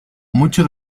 muchos